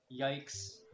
yikes